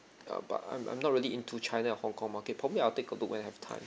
ya but I'm I'm not really into china and hong kong market probably I'll take a look when I've time